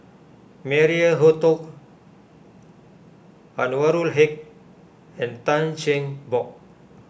Maria Hertogh Anwarul Haque and Tan Cheng Bock